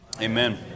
Amen